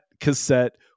cassette